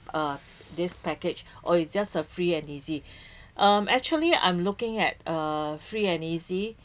uh this package or is just a free and easy um actually I'm looking at a free and easy